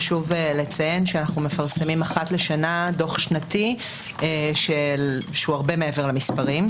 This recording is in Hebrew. חשוב לציין שאנחנו מפרסמים אחת לשנה דוח שנתי שהוא הרבה מעבר למספרים.